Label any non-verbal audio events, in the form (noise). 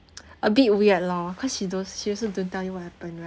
(noise) a bit weird lor cause she do~ she also don't tell you what happened right